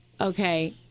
Okay